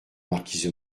marquise